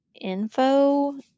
info